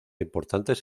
importantes